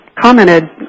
commented